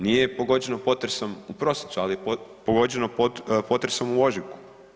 Nije pogođeno potresom u prosincu, ali je pogođeno potresom u ožujku.